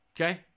Okay